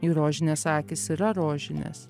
ir rožinės akys yra rožinės